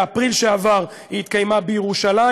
באפריל שעבר היא התקיימה בירושלים,